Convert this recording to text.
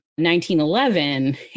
1911